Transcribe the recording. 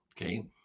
Okay